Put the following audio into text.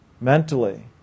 mentally